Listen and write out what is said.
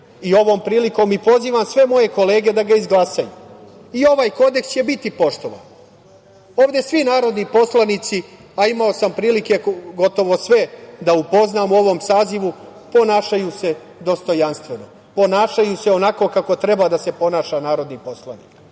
i ovom prilikom i pozivam sve moje kolege da ga izglasaju i ovaj Kodeks će biti poštovan. Ovde svi narodni poslanici, a imao sam prilike gotovo sve da upoznam u ovom sazivu, ponašaju se dostojanstveno, ponašaju se onako kako treba da se ponaša narodni poslanik